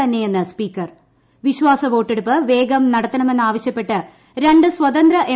തന്നെയെന്ന് സ്പീക്കർ വിശ്വാസ വോട്ടെടുപ്പ് വേഗം നടത്തണമെന്നാവശ്യപ്പെട്ട് രണ്ട് സ്വതന്ത്ര എം